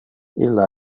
illa